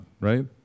right